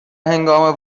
هنگام